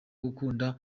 gukunda